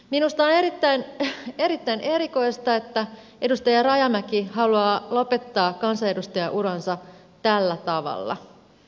minusta on erittäin erikoista että edustaja rajamäki haluaa lopettaa kansanedustajauransa tällä tavalla